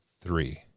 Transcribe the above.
three